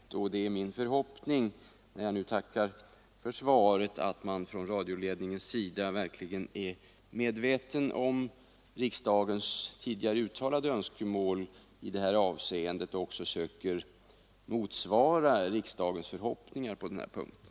Det är min förhoppning, när jag nu tackar för svaret, att radioledningen verkligen är medveten om riksdagens tidigare uttalade önskemål i detta avseende och även försöker motsvara riksdagens förhoppningar på den punkten.